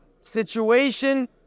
situation